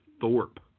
Thorpe